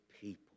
people